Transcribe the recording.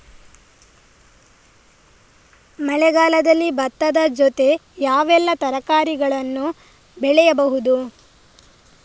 ಮಳೆಗಾಲದಲ್ಲಿ ಭತ್ತದ ಜೊತೆ ಯಾವೆಲ್ಲಾ ತರಕಾರಿಗಳನ್ನು ಬೆಳೆಯಬಹುದು?